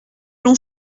l’on